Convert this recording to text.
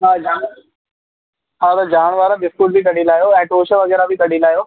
हा जाम हा त जाम वारा बिस्कुट बि कढी लायो ऐं टोश वग़ैरह बि कढी लायो